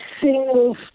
single